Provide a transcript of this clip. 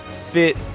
fit